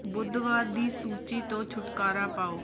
ਬੁੱਧਵਾਰ ਦੀ ਸੂਚੀ ਤੋਂ ਛੁਟਕਾਰਾ ਪਾਓ